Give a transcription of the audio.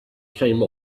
came